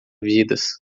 vidas